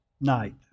night